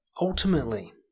ultimately